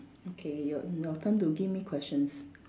okay your your turn to give me questions